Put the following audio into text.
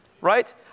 Right